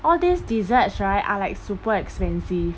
all these desserts right are like super expensive